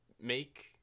make